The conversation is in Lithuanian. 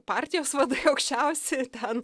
partijos vadai aukščiausi ten